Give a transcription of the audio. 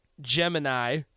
Gemini